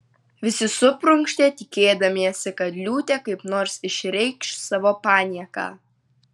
visi suprunkštė tikėdamiesi kad liūtė kaip nors išreikš savo panieką